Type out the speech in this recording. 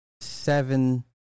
seven